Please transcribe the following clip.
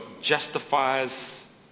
justifies